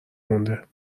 مونده